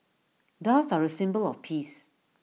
doves are A symbol of peace